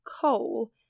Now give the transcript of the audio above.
coal